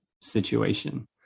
situation